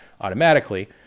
automatically